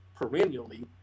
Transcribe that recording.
Perennially